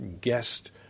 guest